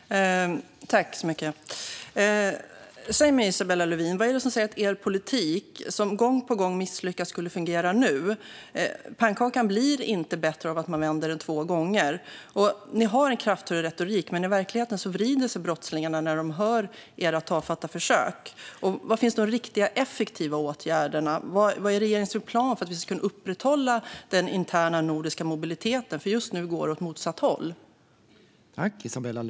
Herr talman! Säg mig, Isabella Lövin, vad det är som säger att er politik som gång på gång misslyckas skulle fungera nu? Pannkakan blir inte bättre av att man vänder den två gånger. Ni har en kraftfull retorik, men i verkligheten vrider sig brottslingarna av skratt när de hör om era tafatta försök. Var finns de riktiga, effektiva åtgärderna? Vad har regeringen för plan för att vi ska kunna upprätthålla den interna nordiska mobiliteten? Just nu går det åt motsatt håll.